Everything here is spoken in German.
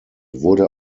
wurde